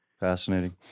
Fascinating